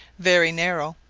very narrow,